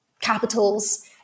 capitals